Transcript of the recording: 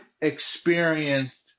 experienced